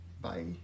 bye